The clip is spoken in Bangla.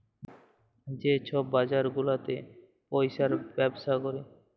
যে ছব বাজার গুলাতে পইসার ব্যবসা ক্যরে